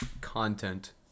content